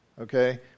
Okay